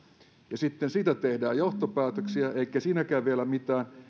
ja sitten siitä tehdään johtopäätöksiä eikä siinäkään vielä olisi mitään